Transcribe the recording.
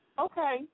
Okay